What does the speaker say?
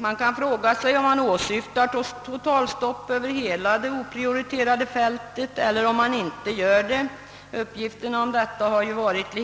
Man kan fråga sig, om det som åsyftas är totalstopp över hela det oprioriterade fältet eller inte — uppgifterna om detta har varit